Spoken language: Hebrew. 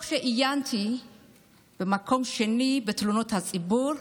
עיינתי בדוח, ובמקום השני בתלונות הציבור,